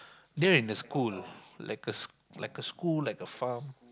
near in the school like a like a school like a farm